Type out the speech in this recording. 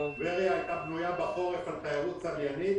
טבריה הייתה בנויה בחורף על תיירות צליינית